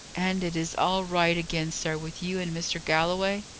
and it is all right again, sir, with you and mr. galloway?